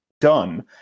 done